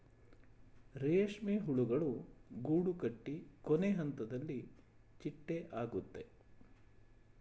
ರೇಷ್ಮೆ ಹುಳುಗಳು ಗೂಡುಕಟ್ಟಿ ಕೊನೆಹಂತದಲ್ಲಿ ಚಿಟ್ಟೆ ಆಗುತ್ತೆ